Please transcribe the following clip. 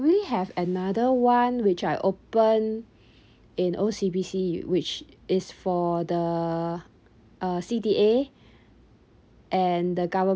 only have another one which I open in O_C_B_C which is for the uh C_D_A and the government